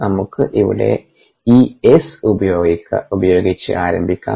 നമുക്ക് ഇവിടെ ഈ S ഉപയോഗിച്ച് ആരംഭിക്കാം